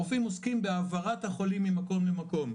הרופאים עוסקים בהעברת החולים ממקום למקום.